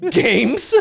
games